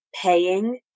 paying